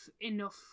enough